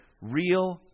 real